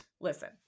listen